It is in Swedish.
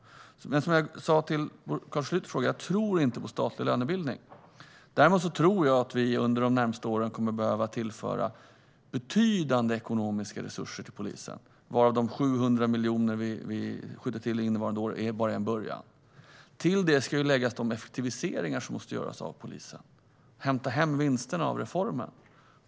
Som jag sa till Carl Schlyter tror jag inte på statlig lönebildning. Däremot tror jag att vi under de närmaste åren kommer att behöva tillföra betydande ekonomiska resurser till polisen. De 700 miljoner vi skjuter till innevarande år är bara en början. Till det ska läggas de effektiviseringar av polisen som måste göras. Man måste hämta hem vinsterna av reformen.